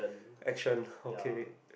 action okay